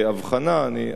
אני אדבר עליה.